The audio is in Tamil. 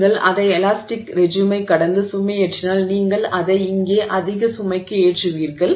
நீங்கள் அதை இலாஸ்டிக் ரெஜிமைக் கடந்து சுமையேற்றினால் நீங்கள் அதை இங்கே அதிக சுமைக்கு ஏற்றுவீர்கள்